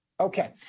Okay